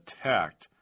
attacked